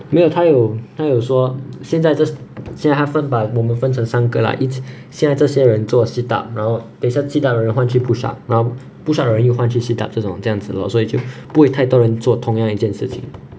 没有它有它有说现在 just 现在它分 by 我们分成三个啦一现在这些人做 sit up 然后等一下 sit up 完了换去 push up 然后 push up 了又换去 sit up 这种这样子 lor 所以就不会太多人做同样一件事情